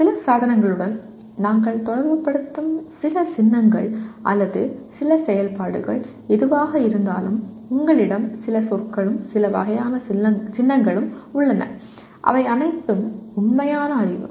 சில சாதனங்களுடன் நாங்கள் தொடர்புபடுத்தும் சில சின்னங்கள் அல்லது சில செயல்பாடுகள் எதுவாக இருந்தாலும் உங்களிடம் சில சொற்களும் சில வகையான சின்னங்களும் உள்ளன அவை அனைத்தும் உண்மையான அறிவு